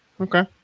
Okay